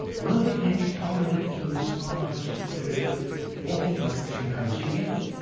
were the ancient hominids in this far distant period walking like chimpanzees,